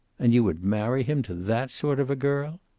and you would marry him to that sort of a girl?